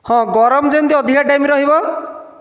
ହଁ ଗରମ ଯେମିତି ଅଧିକା ଟାଇମ୍ ରହିବ